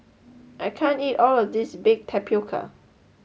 I can't eat all of this Baked Tapioca